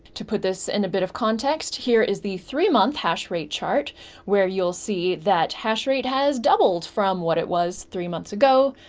to put this in a bit of context, here is the three month hashrate chart where you'll see that hashrate has doubled from what it was three months ago,